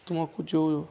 ତୁମକୁ ଯେଉଁ